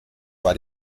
war